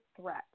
threat